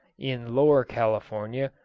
in lower california,